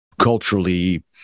culturally